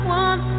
one